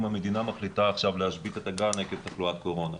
המדינה מחליטה עכשיו להשבית את הגן עקב תחלואת קורונה.